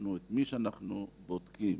את מי שאנחנו בודקים,